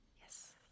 Yes